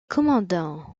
commandants